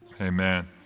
Amen